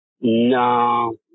No